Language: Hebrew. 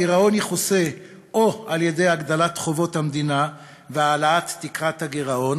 הגירעון יכוסה או על-ידי הגדלת חובות המדינה והעלאת תקרת הגירעון,